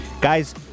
Guys